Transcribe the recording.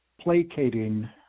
placating